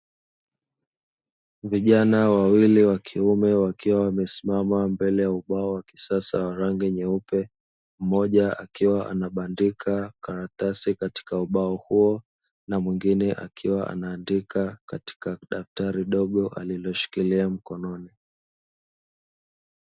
Vijana wawili wa kiume wakiwa wamesimama mbele ya ubao wa kisasa wa rangi nyeupe, mmoja akiwa anabandika karatasi katika ubao huo, na mwingine akiwa anaandika katika daftari dogo aliloshikilia mkononi.